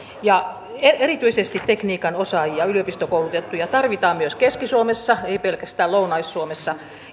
erityisesti tekniikan osaajia ja yliopistokoulutettuja tarvitaan myös keski suomessa ei pelkästään lounais suomessa